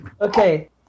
Okay